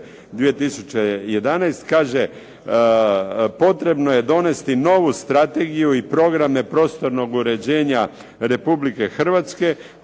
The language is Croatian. kaže potrebno je donesti novu strategiju i programe prostornog uređenja Republike Hrvatske